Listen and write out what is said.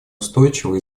устойчивой